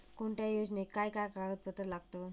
कोणत्याही योजनेक काय काय कागदपत्र लागतत?